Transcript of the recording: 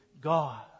God